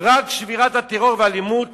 "רק שבירת הטרור והאלימות